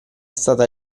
stata